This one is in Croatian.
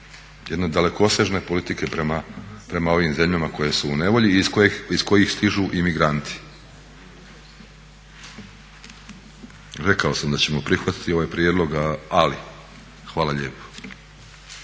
Jedne dalekosežne politike prema ovim zemljama koje su u nevolji i iz kojih stižu imigranti. Rekao sam da ćemo prihvatiti ovaj prijedlog, ali. Hvala lijepo.